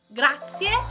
grazie